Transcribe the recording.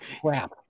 Crap